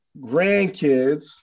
grandkids